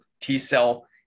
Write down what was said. T-cell